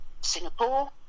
Singapore